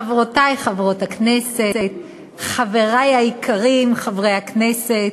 חברותי חברות הכנסת, חברי היקרים חברי הכנסת,